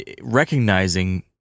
recognizing